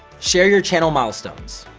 share your channel milestones.